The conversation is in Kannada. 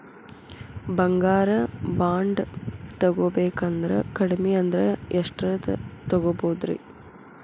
ಬಂಗಾರ ಬಾಂಡ್ ತೊಗೋಬೇಕಂದ್ರ ಕಡಮಿ ಅಂದ್ರ ಎಷ್ಟರದ್ ತೊಗೊಬೋದ್ರಿ?